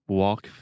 walk